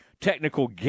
technical